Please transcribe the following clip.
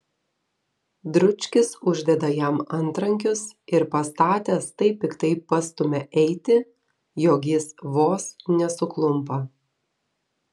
dručkis uždeda jam antrankius ir pastatęs taip piktai pastumia eiti jog jis vos nesuklumpa